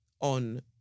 on